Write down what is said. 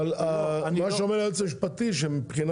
אני לא --- אבל מה שאומר היועץ המשפטי שהחברה